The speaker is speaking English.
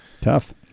tough